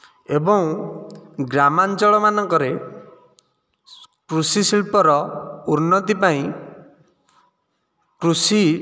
ଏବଂ ଗ୍ରାମାଞ୍ଚଳ ମାନଙ୍କରେ କୃଷିଶିଳ୍ପର ଉନ୍ନତି ପାଇଁ କୃଷି